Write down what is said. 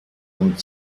und